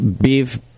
beef